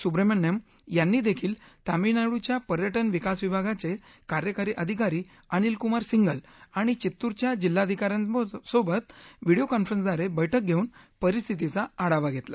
सुब्रमण्यम यांनीदखील तमीळनाडूच्या पर्यटन विकास विभागाचक्रियकारी अधिकारी अनिलकुमार सिंघल आणि वित्तुरच्या जिल्हाधिकाऱ्यांसोबत व्हिडिओ कॉन्फरन्सद्वारब्रिंठक घस्तिन परिस्थितीचा आढावा घस्तिना